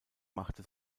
machte